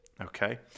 okay